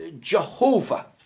Jehovah